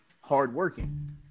hardworking